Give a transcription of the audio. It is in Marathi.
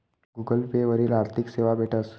गुगल पे वरी आर्थिक सेवा भेटस